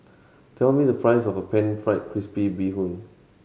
tell me the price of Pan Fried Crispy Bee Hoon